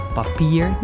papier